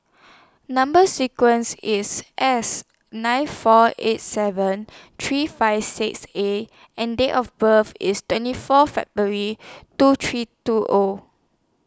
Number sequence IS S nine four eight seven three five six A and Date of birth IS twenty four February two three two O